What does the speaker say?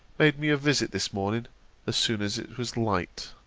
made me a visit this morning as soon as it was light.